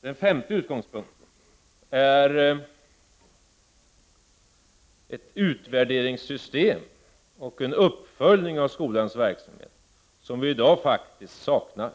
Den femte utgångspunkten är ett utvärderingssystem och en uppföljning av skolans verksamhet, som i dag saknas.